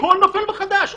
והכול נופל מחדש.